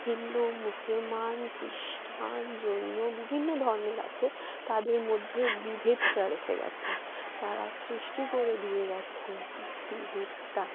হিন্দু মুসলমান খ্রিস্টান জৈন বিভিন্ন ধর্মের আছে তাদের মধ্যে বিভেদটা রেখে গিয়েছে তারা সৃষ্টি করে দিয়ে গিয়েছে বিভেদটা